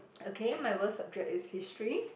okay my worst subject is History